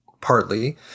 partly